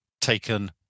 taken